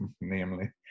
namely